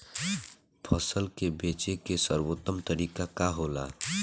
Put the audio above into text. फसल के बेचे के सर्वोत्तम तरीका का होला?